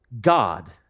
God